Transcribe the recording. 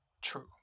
true